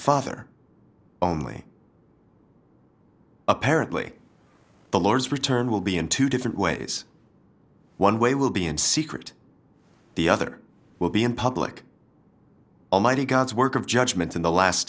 father only apparently the lord's return will be in two different ways one way will be in secret the other will be in public almighty god's work of judgment in the last